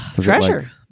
Treasure